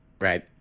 Right